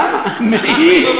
למה את מפריעה,